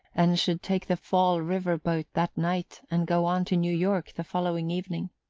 and should take the fall river boat that night and go on to new york the following evening.